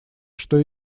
что